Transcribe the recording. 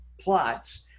plots